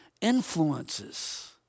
influences